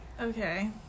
Okay